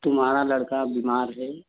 तुम्हारा लड़का बीमार है